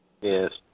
Yes